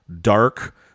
dark